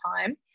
time